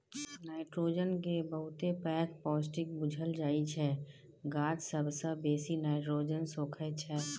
nitrogen केँ बहुत पैघ पौष्टिक बुझल जाइ छै गाछ सबसँ बेसी नाइट्रोजन सोखय छै